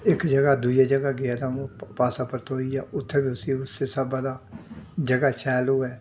इक ज'गा दा दूइयै ज'गा गेआ तां ओह् पास्सा परतोई आ उत्थै बी उस्सी उस्सै हिसाबा दा ज'गा शैल होऐ